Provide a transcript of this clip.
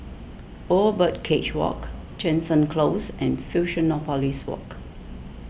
Old Birdcage Walk Jansen Close and Fusionopolis Walk